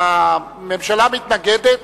הממשלה מתנגדת.